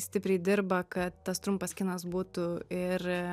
stipriai dirba kad tas trumpas kinas būtų ir